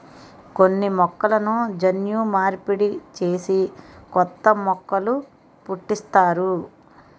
కొన్ని మొక్కలను జన్యు మార్పిడి చేసి కొత్త మొక్కలు పుట్టిస్తారు